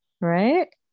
Right